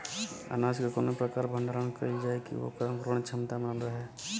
अनाज क कवने प्रकार भण्डारण कइल जाय कि वोकर अंकुरण क्षमता बनल रहे?